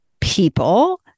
people